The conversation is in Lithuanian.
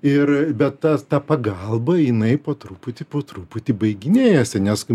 ir bet tas ta pagalba jinai po truputį po truputį baiginėjasi nes